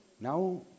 Now